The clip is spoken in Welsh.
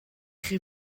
chi